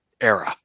era